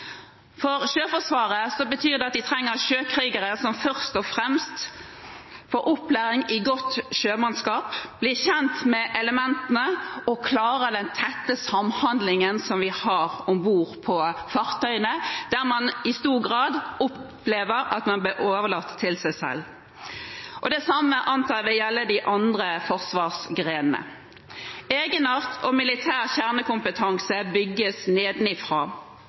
For Sjøforsvaret betyr det at de trenger sjøkrigere som først og fremst får opplæring i godt sjømannskap – blir kjent med elementene og klarer den tette samhandlingen ombord på fartøyene, der man i stor grad opplever å bli overlatt til seg selv. Det samme antar jeg vil gjelde de andre forsvarsgrenene. Egenart og militær kjernekompetanse bygges nedenfra,